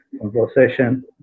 conversation